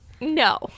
no